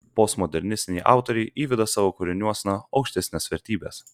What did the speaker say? postmodernistiniai autoriai įveda savo kūriniuosna aukštesnes vertybes